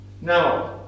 Now